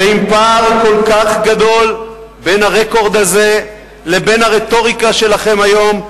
שעם פער כל כך גדול בין הרקורד הזה לבין הרטוריקה שלכם היום,